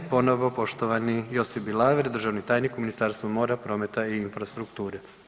Ponovo poštovani Josip Bilaver, državni tajnik u Ministarstvu mora, prometa i infrastrukture.